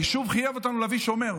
היישוב חייב אותנו להביא שומר.